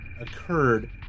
occurred